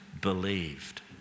believed